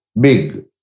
big